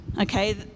okay